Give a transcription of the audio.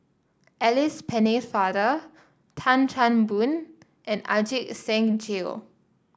Alice Pennefather Tan Chan Boon and Ajit Singh Gill